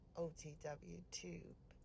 otwtube